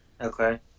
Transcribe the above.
Okay